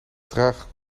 trage